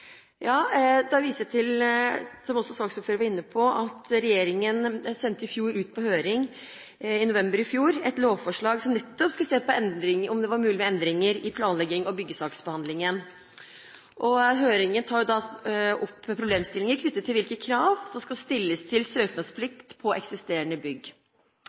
Jeg viser da til at regjeringen i november i fjor sendte ut et lovforslag på høring som nettopp skulle se på om det var mulig med endringer i plan- og byggesaksbehandlingen. Høringen tar opp problemstillinger knyttet til hvilke krav som skal stilles til søknadsplikt på eksisterende bygg.